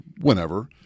whenever